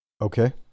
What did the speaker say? Okay